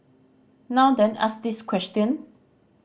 now then ask this question